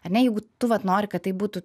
ar ne jeigu tu vat nori kad tai būtų